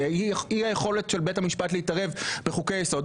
ואי היכולת של בית המשפט להתערב בחוקי היסוד,